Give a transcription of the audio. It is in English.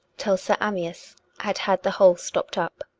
till sir amyas had had the hole stopped up.